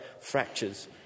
fractures